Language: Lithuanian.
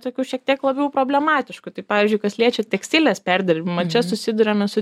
tokių šiek tiek labiau problematiškų tai pavyzdžiui kas liečia tekstilės perdirbimą čia susiduriame su